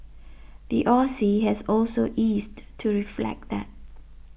the Aussie has also eased to reflect that